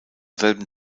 selben